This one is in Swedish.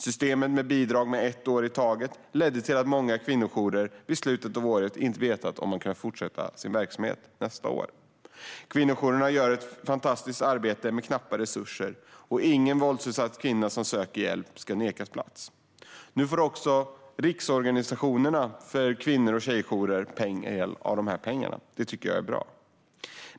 Systemet med bidrag för ett år i taget ledde till att många kvinnojourer vid slutet av året inte visste om de kunde fortsätta sin verksamhet nästa år. Kvinnojourerna gör ett fantastiskt arbete med knappa resurser. Ingen våldsutsatt kvinna som söker hjälp ska nekas plats. Nu får också riksorganisationen för kvinno och tjejjourer del av pengarna, och det tycker jag är bra.